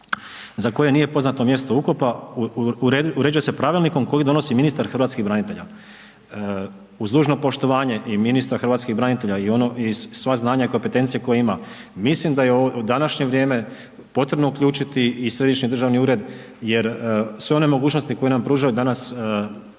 za koje nije poznato mjesto ukopa, uređuje se pravilnikom kojeg donosi ministar hrvatskih branitelja. Uz dužno poštovanje i ministra hrvatskih branitelja i sva znanja i kompetencije koje ima, mislim da je u današnje vrijeme potrebno uključiti i središnji državni ured jer sve one mogućnosti koje nam pružaju danas Internet